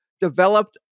developed